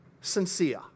sincere